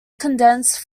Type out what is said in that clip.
condensed